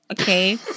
okay